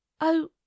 Oh